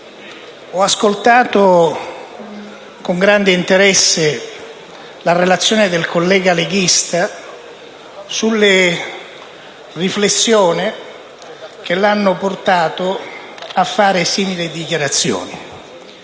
ho ascoltato con grande interesse l'intervento del collega leghista e le riflessioni che lo hanno portato a fare simili dichiarazioni.